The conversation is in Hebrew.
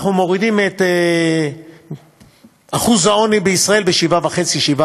אנחנו מורידים את אחוז העוני בישראל ב-7.5%,